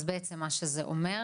אז בעצם מה שזה אומר,